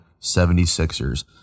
76ers